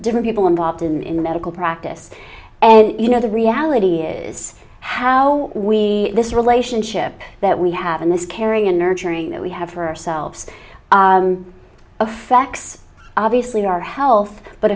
different people involved in medical practice and you know the reality is how we this relationship that we have and this caring and nurturing that we have her selves the facts obviously our health but